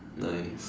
nice